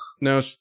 No